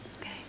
okay